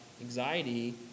anxiety